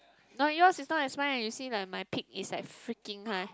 no yours is not as mine eh you see like my peak is like freaking high